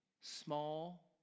small